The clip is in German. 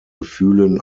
gefühlen